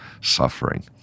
suffering